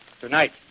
tonight